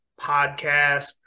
podcast